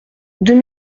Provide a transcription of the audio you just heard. deux